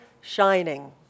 shining